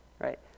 right